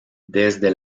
desde